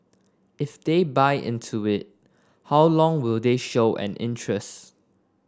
if they buy into it how long will they show an interest